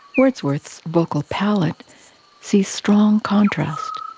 wordsworth's vocal palette sees strong contrast.